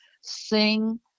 sing